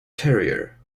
terrier